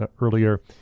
earlier